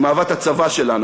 עם אהבת הצבא שלנו,